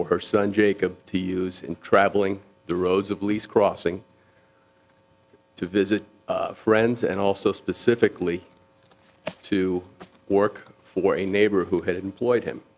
for her son jacob to use in traveling the roads of police crossing to visit friends and also specifically to work for a neighbor who had employed him